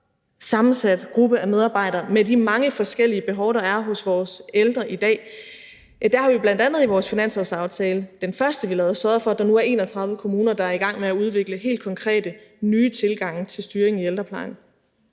sammensat gruppe af medarbejdere med de mange forskellige behov, der er hos vores ældre i dag. Der har vi bl.a. i vores finanslovsaftale – den første, vi lavede – sørget for, at der nu er 31 kommuner, der er i gang med at udvikle helt konkrete nye tilgange til styringen i ældreplejen.